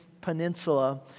Peninsula